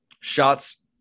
shots